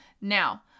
Now